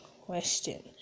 question